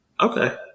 Okay